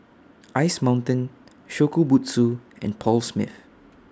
Ice Mountain Shokubutsu and Paul Smith